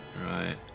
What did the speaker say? Right